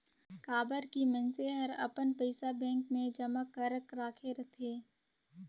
काबर की मइनसे हर अपन पइसा बेंक मे जमा करक राखे रथे